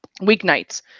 Weeknights